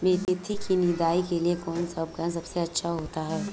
मेथी की निदाई के लिए कौन सा उपकरण सबसे अच्छा होता है?